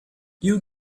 you